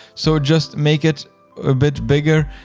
so just make it a bit bigger.